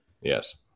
yes